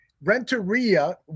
Renteria